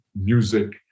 music